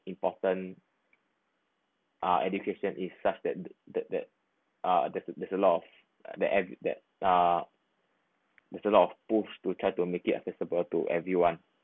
important uh education is such that that that uh there's there's a lot of the app that uh there's a lot of booths to try to make it accessible to everyone